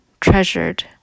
treasured